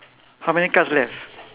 how many cards left